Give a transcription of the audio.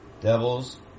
Devils